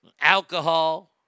alcohol